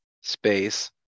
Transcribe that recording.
space